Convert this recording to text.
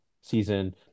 season